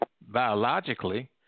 biologically